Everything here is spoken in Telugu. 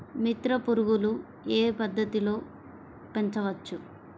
మిత్ర పురుగులు ఏ పద్దతిలో పెంచవచ్చు?